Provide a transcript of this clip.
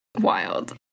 Wild